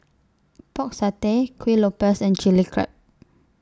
Pork Satay Kuih Lopes and Chili Crab